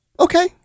Okay